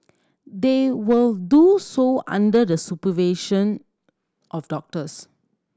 they will do so under the supervision of doctors